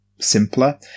simpler